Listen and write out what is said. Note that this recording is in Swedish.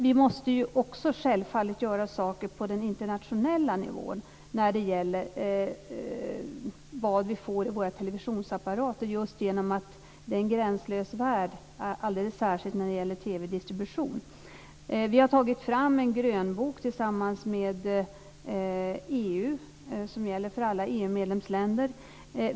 Vi måste självfallet också göra saker på den internationella nivån när det gäller vad vi får i våra televisionsapparater just därför att det är en gränslös värld, alldeles särskilt när det gäller TV-distribution. Vi har tillsammans med EU tagit fram en grönbok som gäller för alla EU-medlemsländer.